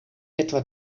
etwa